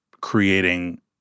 creating